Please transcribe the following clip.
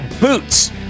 boots